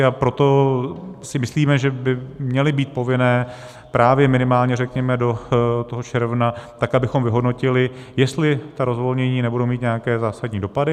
A proto si myslíme, že by měly být povinné právě minimálně, řekněme, do toho června, tak abychom vyhodnotili, jestli ta rozvolnění nebudou mít nějaké zásadní dopady.